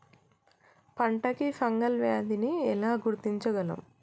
పంట కి ఫంగల్ వ్యాధి ని ఎలా గుర్తించగలం?